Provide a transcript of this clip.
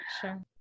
Sure